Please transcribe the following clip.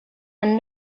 and